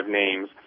names